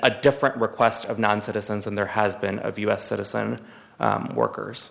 a different request of non citizens and there has been of u s citizen workers